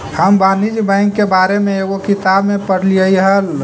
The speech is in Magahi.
हम वाणिज्य बैंक के बारे में एगो किताब में पढ़लियइ हल